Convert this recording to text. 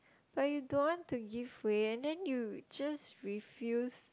but you don't want to give way and then you just refuse